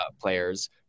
players